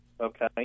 okay